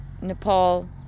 Nepal